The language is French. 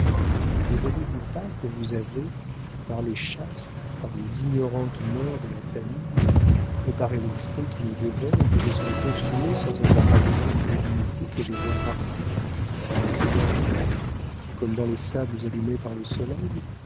ne voyez-vous pas que vous avez par les chastes par les ignorantes mœurs de la famille préparé le feu qui me dévore et que je serais consumé sans avoir adoré la divinité que je vois partout dans les feuillages verts comme dans les sables allumés par le soleil